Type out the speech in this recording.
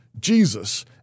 Jesus